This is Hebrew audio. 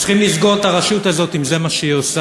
צריכים לסגור את הרשות הזאת אם זה מה שהיא עושה.